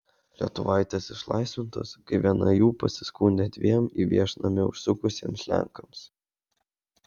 lietuvaitės išlaisvintos kai viena jų pasiskundė dviem į viešnamį užsukusiems lenkams